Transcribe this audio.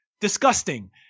disgusting